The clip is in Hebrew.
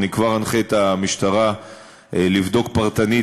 אני כבר אנחה את המשטרה לבדוק פרטנית,